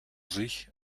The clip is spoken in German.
sich